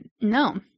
no